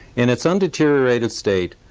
in its undeteriorated state,